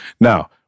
Now